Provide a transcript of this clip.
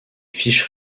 fiches